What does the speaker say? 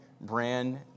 brand